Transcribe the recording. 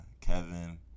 Kevin